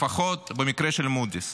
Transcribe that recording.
לפחות במקרה של מודי'ס